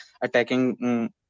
attacking